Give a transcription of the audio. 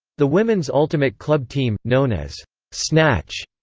the women's ultimate club team, known as snatch,